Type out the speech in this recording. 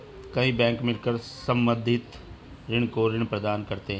कई बैंक मिलकर संवर्धित ऋणी को ऋण प्रदान करते हैं